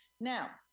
Now